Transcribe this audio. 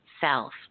self